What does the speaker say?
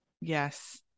yes